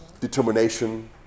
determination